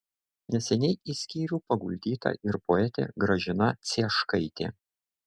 neseniai į skyrių paguldyta ir poetė gražina cieškaitė